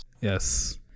yes